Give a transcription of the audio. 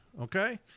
okay